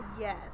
Yes